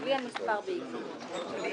בלי המספר ואישור.